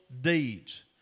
deeds